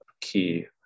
key